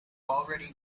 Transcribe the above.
already